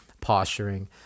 posturing